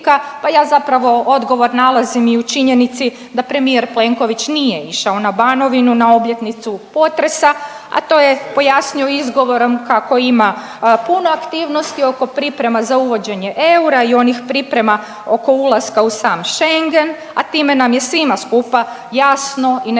Pa ja zapravo odgovorom nalazim i u činjenici da premijer Plenković nije išao na Banovinu na obljetnicu potresa, a to je pojasnio izgovorom kako ima puno aktivnosti oko priprema za uvođenje eura i onih priprema oko ulaska u sam Schengen, a time nam je svima skupa jasno i nedvojbeno